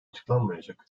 açıklanmayacak